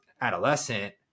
adolescent